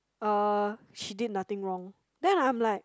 uh she did nothing wrong then I'm like